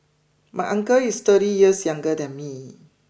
my uncle is thirty years younger than me